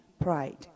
pride